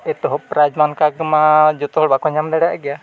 ᱮᱛᱚᱦᱚᱵ ᱯᱨᱟᱭᱤᱡᱽ ᱢᱟ ᱚᱱᱠᱟ ᱜᱮᱢᱟ ᱡᱚᱛᱚ ᱦᱚᱲ ᱵᱟᱝᱠᱚ ᱧᱟᱢ ᱫᱟᱲᱮᱭᱟᱜ ᱜᱮᱭᱟ